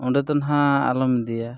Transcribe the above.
ᱚᱸᱰᱮ ᱫᱚ ᱱᱟᱦᱟᱜ ᱟᱞᱚᱢ ᱤᱫᱤᱭᱟ